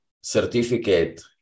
certificate